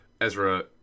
Ezra